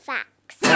Facts